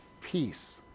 peace